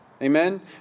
Amen